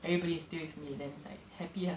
everybody is still with me then it's like happy ah